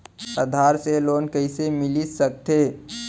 आधार से लोन कइसे मिलिस सकथे?